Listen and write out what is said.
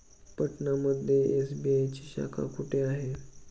पटना मध्ये एस.बी.आय ची शाखा कुठे आहे?